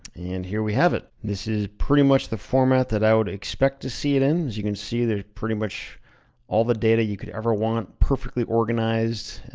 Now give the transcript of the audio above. and here we have it. this is pretty much the format that i would expect to see it in. as you can see, there's pretty much all the data you could ever want, perfectly organized.